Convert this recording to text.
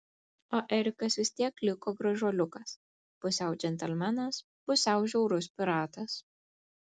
o erikas vis tiek liko gražuoliukas pusiau džentelmenas pusiau žiaurus piratas